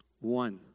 One